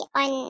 on